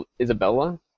Isabella